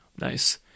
Nice